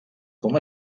com